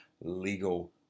legal